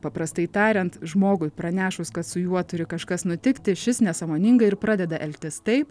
paprastai tariant žmogui pranešus kad su juo turi kažkas nutikti šis nesąmoningai ir pradeda elgtis taip